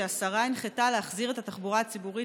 שהשרה הונחתה להחזיר את התחבורה הציבורית